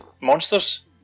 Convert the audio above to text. monsters